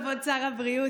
כבוד שר הבריאות,